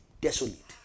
desolate